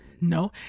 no